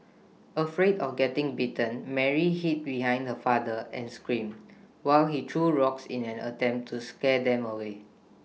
afraid of getting bitten Mary hid behind her father and screamed while he threw rocks in an attempt to scare them away